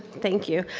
thank you.